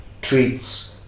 treats